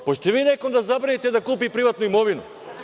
Hoćete vi nekom da zabranite da kupi privatnu imovinu?